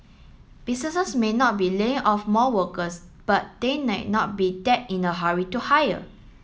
businesses may not be laying off more workers but they not be that in a hurry to hire